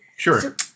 Sure